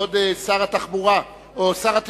כבוד שר התחבורה או שר התקשורת.